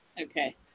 Okay